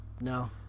No